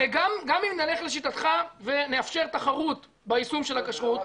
הרי גם אם נלך לשיטתך ונאפשר תחרות ביישום של הכשרות.